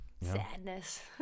sadness